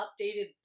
updated